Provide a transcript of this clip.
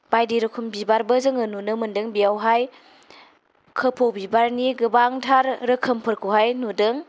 बायदि रखम बिबारबो जोङो नुनो मोनदों बेयावहाय खोफौ बिबारनि गोबांथार रोखोमफोरखौहाय नुदों